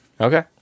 Okay